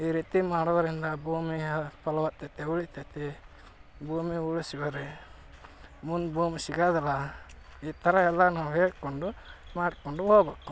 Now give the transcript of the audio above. ಈ ರೀತಿ ಮಾಡೋದರಿಂದ ಭೂಮಿಯ ಫಲವತ್ತತೆ ಉಳಿತೈತಿ ಭೂಮಿ ಉಳ್ಸ್ಕೊಳ್ರಿ ಮುಂದೆ ಭೂಮಿ ಸಿಗೋದಿಲ್ಲ ಈ ಥರ ಎಲ್ಲ ನಾವು ಹೇಳಿಕೊಂಡು ಮಾಡಿಕೊಂಡು ಹೋಗ್ಬೇಕು